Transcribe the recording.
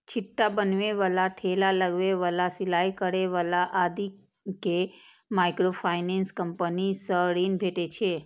छिट्टा बनबै बला, ठेला लगबै बला, सिलाइ करै बला आदि कें माइक्रोफाइनेंस कंपनी सं ऋण भेटै छै